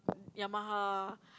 Yamaha